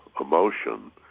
emotion